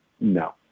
No